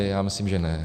Já myslím, že ne.